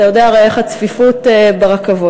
אתה הרי יודע איך הצפיפות ברכבות.